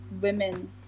women